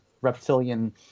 reptilian